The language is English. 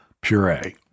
puree